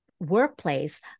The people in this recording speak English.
workplace